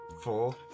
Four